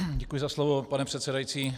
Děkuji za slovo, pane předsedající.